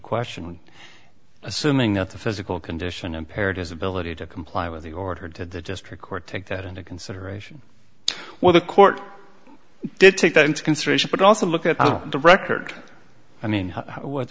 question assuming that the physical condition impaired his ability to comply with the order did the district court take that into consideration well the court did take that into consideration but also look at the record i mean what